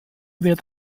wird